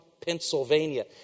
Pennsylvania